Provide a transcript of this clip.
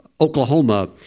Oklahoma